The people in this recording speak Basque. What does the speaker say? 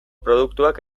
produktuak